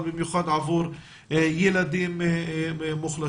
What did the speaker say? אבל במיוחד עבור ילדים מוחלשים.